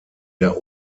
der